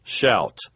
Shout